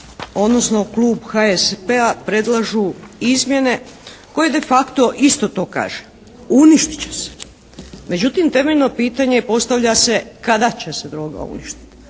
odnosno Klub HSP-a predlažu izmjene koje defacto isto to kaže, uništit će se. Međutim, temeljno pitanje postavlja se kada će se droga uništiti.